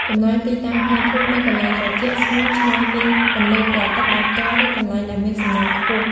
ចំណែកទីតាំងហាលធូបនៅកន្លែងត្រជាក់ ស្ងួត ឆ្ងាយពីពន្លឺព្រះអាទិត្យដោយផ្ទាល់ ឬកន្លែងដែលមានសំណើមខ្ពស់។